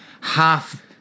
half